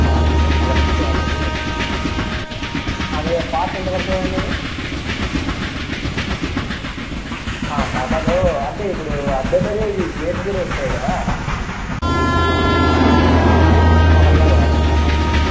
అవునండి మళ్ళీ బుక్ చేయాలా అది అలాగే కాస్ట్ ఎంత పడుతుందండి అది మోడల్లో కావాలండి ఆ టైపు